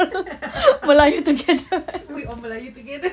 we all melayu together